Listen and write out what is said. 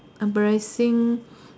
embarrassing